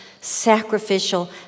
sacrificial